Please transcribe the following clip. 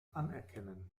anerkennen